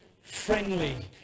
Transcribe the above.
friendly